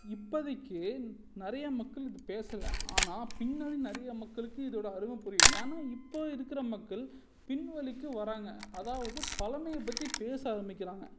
இப்போதிக்கு நிறையா மக்கள் இது பேசலை ஆனால் பின்னாடி நிறையா மக்களுக்கு இதோடய அருமை புரியும் ஏன்னா இப்போது இருக்கிற மக்கள் பின்வழிக்கு வராங்க அதாவது பழமையை பற்றி பேச ஆரம்பிக்கிறாங்க